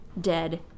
dead